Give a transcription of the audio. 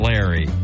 Larry